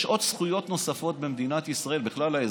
יש זכויות נוספות במדינת ישראל לכלל האזרחים,